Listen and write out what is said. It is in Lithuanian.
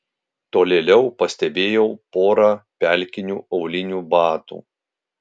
tolėliau pastebėjau porą pelkinių aulinių batų